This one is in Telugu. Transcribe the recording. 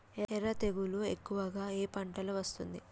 ఎర్ర తెగులు ఎక్కువగా ఏ పంటలో వస్తుంది?